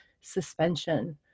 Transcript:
suspension